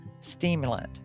stimulant